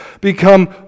become